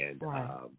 right